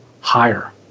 higher